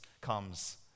comes